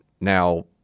Now